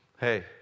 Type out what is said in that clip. Hey